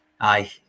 Aye